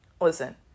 Listen